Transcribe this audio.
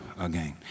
again